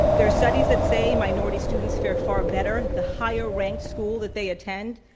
there are studies that say minority students fair far better, the higher ranked school that they attend,